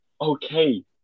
okay